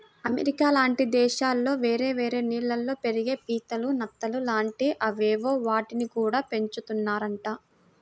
America లాంటి దేశాల్లో వేరే వేరే నీళ్ళల్లో పెరిగే పీతలు, నత్తలు లాంటి అవేవో వాటిని గూడా పెంచుతున్నారంట